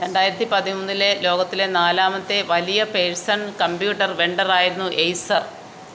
രണ്ടായിരത്തി പതിമൂന്നിലെ ലോകത്തിലെ നാലാമത്തെ വലിയ പേഴ്സണൽ കമ്പ്യൂട്ടർ വെണ്ടറായിരുന്നു ഏയ്സർ